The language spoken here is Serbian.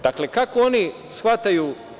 Dakle, kako oni shvataju?